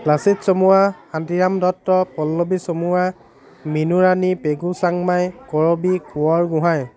Lachit Chamua Shantiram Dutta Pallavi Chamua Minurani Pegu Changmai Karabi Konwar Gohain